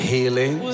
Healing